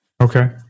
Okay